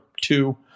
two